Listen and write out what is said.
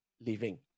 living